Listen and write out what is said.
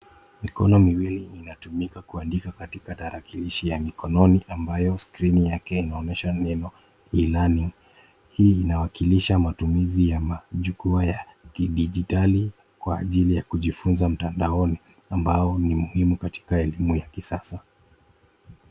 mikono miwili inatumika kuandika katika tarakilishi ya mikononi ambayo skrini yake inaonyesha neno e-learning . Hii inawakilisha matumizi ya majukwaa ya kidijitali kwa ajili ya kujifunza mtandaoni ambayo ni muhimu katika elimu ya kisasa.